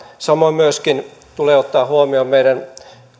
samoin tulee myöskin ottaa huomioon meidän